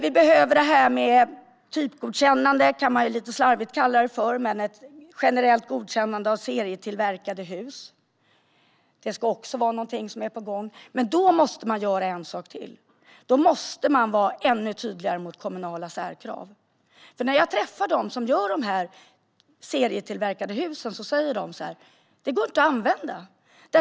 Vi behöver det som man slarvigt kan kalla typgodkännande, vilket handlar om ett generellt godkännande av serietillverkade hus. Det är visst också på gång. Men då krävs en sak till, nämligen att vara ännu tydligare mot kommunala särkrav. När jag träffar dem som gör serietillverkade hus säger de att dessa inte går att använda.